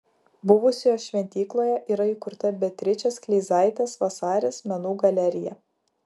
buvusioje šventykloje yra įkurta beatričės kleizaitės vasaris menų galerija